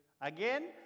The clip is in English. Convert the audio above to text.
Again